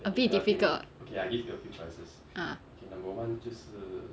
a bit difficult ah